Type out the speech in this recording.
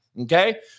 okay